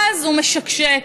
הוא משקשק,